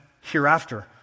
hereafter